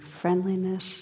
friendliness